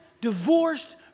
divorced